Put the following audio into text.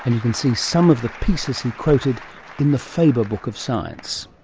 and can see some of the pieces he quoted in the faber book of science.